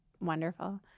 wonderful